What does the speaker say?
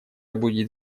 будет